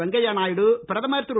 வெங்கையா நாயுடு பிரதமர் திரு